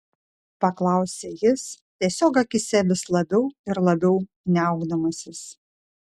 paklausė jis tiesiog akyse vis labiau ir labiau niaukdamasis